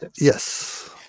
Yes